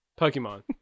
Pokemon